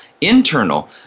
internal